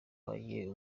wabaye